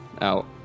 out